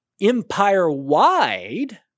empire-wide